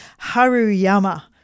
Haruyama